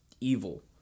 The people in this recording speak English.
evil